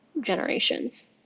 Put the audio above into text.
generations